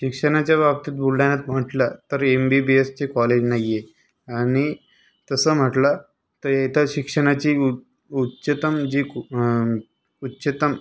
शिक्षणाच्या बाबतीत बुलढाण्यात म्हटलं तर एम बी बी एसचे कॉलेज नाही आहे आणि तसं म्हटलं तर इथं शिक्षणाची उत उत उच्चतम जी कु उच्चतम